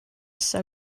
nesa